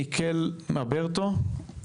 מוקטו מברטו.